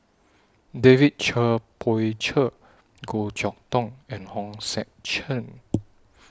David Cher Poey Cher Goh Chok Tong and Hong Sek Chern